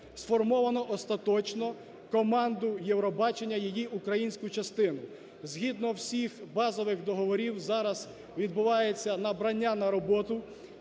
сформовано остаточно команду Євробачення, її українську частину. Згідно всіх базових договорів, зараз відбувається набрання на роботу